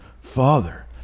father